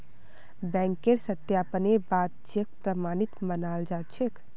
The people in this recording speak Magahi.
बैंकेर सत्यापनेर बा द चेक प्रमाणित मानाल जा छेक